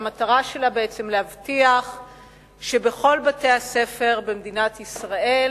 שהמטרה שלה להבטיח שבכל בתי-הספר במדינת ישראל